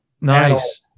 Nice